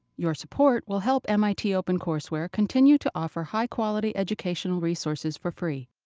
your support will help mit opencourseware continue to offer high quality educational resources for free.